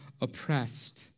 oppressed